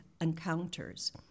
encounters